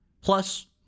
plus